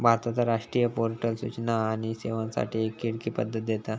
भारताचा राष्ट्रीय पोर्टल सूचना आणि सेवांसाठी एक खिडकी पद्धत देता